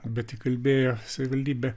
bet įkalbėjo savivaldybė